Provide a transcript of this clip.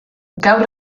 gaur